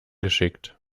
geschickt